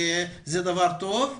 זה דבר טוב,